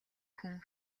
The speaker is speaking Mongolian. хүн